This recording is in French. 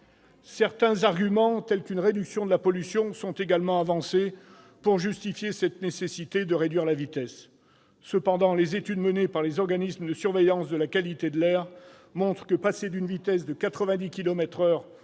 Certains arguments, tels qu'une réduction de la pollution, sont également avancés pour justifier la nécessité de réduire la vitesse. Cependant, les études menées par des organismes de surveillance de la qualité de l'air montrent que passer d'une vitesse de 90 kilomètres